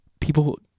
people